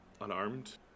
Unarmed